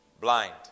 blind